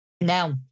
now